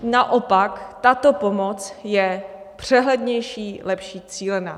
Naopak, tato pomoc je přehlednější, lepší cílená.